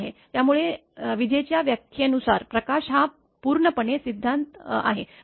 त्यामुळे विजेच्या व्याख्येनुसार प्रकाश हा पूर्णपणे सिद्धान्त आहे बरोबर